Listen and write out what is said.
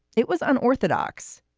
it was unorthodox.